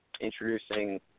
introducing